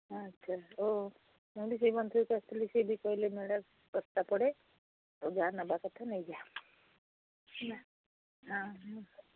ଆଚ୍ଛା ହଉ ମୁଁ ବି ସେ ମନ୍ଦିରକୁ ଆସିଥିଲି ସେ ବି କହିଲେ ମେଳା ବସ୍ତା ପଡ଼େ ଯାହା ନେବା କଥା ନେଇଯା ହେଲା ହଁ ହଁ